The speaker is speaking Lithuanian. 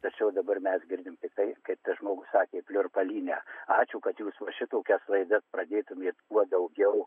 tačiau dabar mes girdime tiktai kaip tas žmogus sakė pliurpalynę ačiū kad jūs va šitokias laidas pradėtumėt kuo daugiau